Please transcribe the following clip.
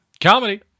Comedy